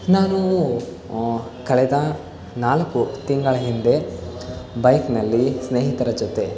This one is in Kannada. ನಾನು ಕಳೆದ ನಾಲ್ಕು ತಿಂಗಳ ಹಿಂದೆ ಬೈಕ್ನಲ್ಲಿ ಸ್ನೇಹಿತರ ಜೊತೆ